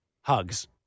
Hugs